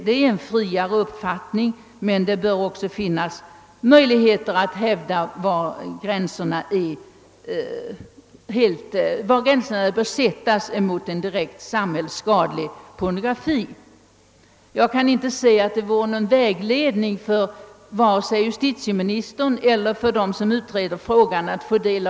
Det finns nu en friare uppfattning, men det bör också finnas möjligheter att dra upp gränser mot direkt samhällsskadlig pornografi. Jag kan inte se att föreliggande motioner kan tjäna till någon vägledning för vare sig justitieministern eller kommittén för lagstiftningen om yttrandeoch tryckfrihet.